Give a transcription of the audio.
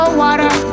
water